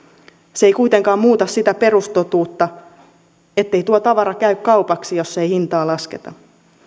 se ei kuitenkaan muuta sitä perustotuutta ettei tuo tavara käy kaupaksi jos ei hintaa lasketa